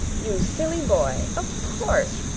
you silly boy! of course.